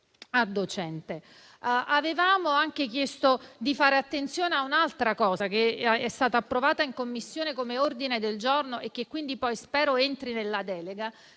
a docente. Avevamo chiesto di fare attenzione anche a un'altra cosa, che è stata approvata in Commissione come ordine del giorno e che spero poi entri nella delega: